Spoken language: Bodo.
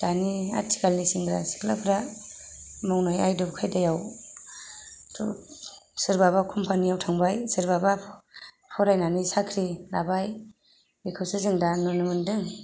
दानि आथिखालनि सेंग्रा सिख्लाफ्रा मावनाय आदब खायदायावथ' सोरबाबा कम्पानिआव थांबाय सोरबाबा फरायनानै साख्रि लाबाय बेखौसो जों दा नुनो मोन्दों